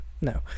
No